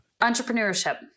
Entrepreneurship